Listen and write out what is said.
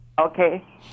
Okay